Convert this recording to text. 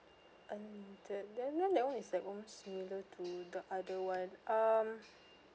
unlimited and then then that one is like almost similar to the other one um